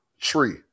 tree